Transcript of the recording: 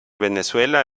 venezuela